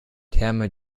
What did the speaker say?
terme